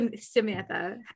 Samantha